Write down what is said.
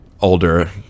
older